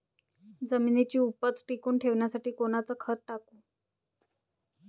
जमिनीची उपज टिकून ठेवासाठी कोनचं खत टाकू?